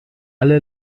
alle